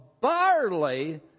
barley